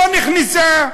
לא נכנסה.